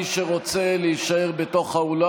מי שרוצה להישאר באולם.